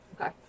Okay